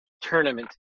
tournament